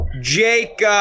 Jake